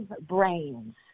brains